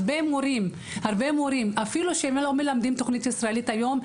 הרבה מורים שלא מלמדים תוכנית ישראלית היום,